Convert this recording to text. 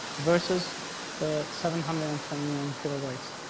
versus ah seven hundred and twenty nine kilobytes.